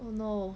oh no